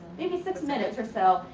maybe six minutes or so,